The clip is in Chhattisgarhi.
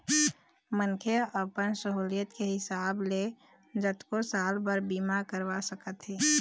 मनखे ह अपन सहुलियत के हिसाब ले जतको साल बर बीमा करवा सकत हे